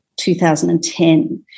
2010